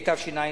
4),